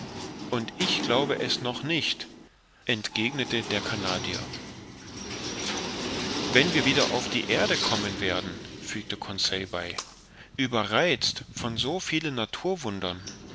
und ich glaube es noch nicht entgegnete der canadier wenn wir wieder auf die erde kommen werden fügte conseil bei überreizt von so vielen naturwundern was